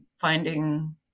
finding